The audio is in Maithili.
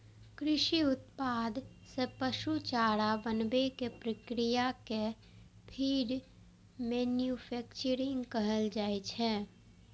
कृषि उत्पाद सं पशु चारा बनाबै के प्रक्रिया कें फीड मैन्यूफैक्चरिंग कहल जाइ छै